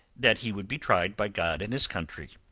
that he would be tried by god and his country.